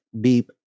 beep